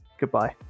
goodbye